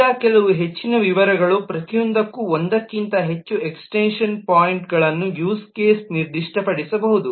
ಈಗ ಕೆಲವು ಹೆಚ್ಚಿನ ವಿವರಗಳು ಪ್ರತಿಯೊಂದಕ್ಕೂ ಒಂದಕ್ಕಿಂತ ಹೆಚ್ಚು ಎಕ್ಸ್ಟೆನ್ಶನ್ ಪಾಯಿಂಟ್ಗಳನ್ನು ಯೂಸ್ ಕೇಸ್ ನಿರ್ದಿಷ್ಟಪಡಿಸಬಹುದು